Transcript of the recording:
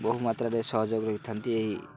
ବହୁମାତ୍ରାରେ ସହଯୋଗ ରହିଥାନ୍ତି ଏହି